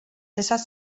esas